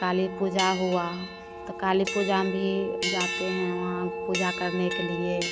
काली पूजा हुआ तो काली पूजा में भी अ जाते हैं वहाँ पूजा करने के लिए